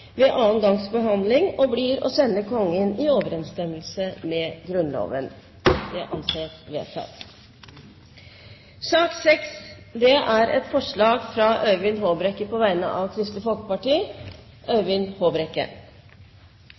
ved annen gangs behandling og blir å sende Kongen i overensstemmelse med Grunnloven. Det foreligger ingen forslag til anmerkning. Stortingets lovvedtak er